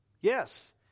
Yes